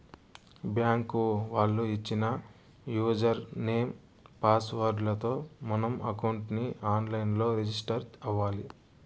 bank వాళ్ళు ఇచ్చిన user name, password లతో మనం అకౌంట్ ని ఆన్ లైన్ లో రిజిస్టర్ అవ్వాలి